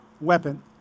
weapon